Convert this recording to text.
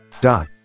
dot